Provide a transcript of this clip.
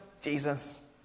Jesus